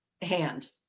Hand